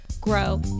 grow